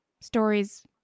stories